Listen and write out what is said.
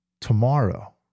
tomorrow